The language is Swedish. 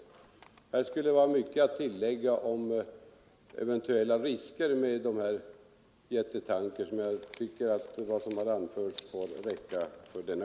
Det skulle vara mycket att tillägga om eventuella risker med dessa jättetankers, men jag tycker att det som nu anförts får räcka för denna